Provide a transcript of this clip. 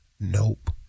Nope